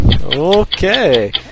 Okay